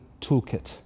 toolkit